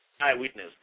eyewitness